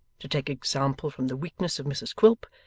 to take example from the weakness of mrs quilp,